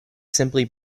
simply